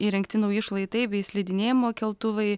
įrengti nauji šlaitai bei slidinėjimo keltuvai